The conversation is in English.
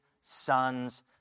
son's